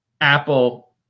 Apple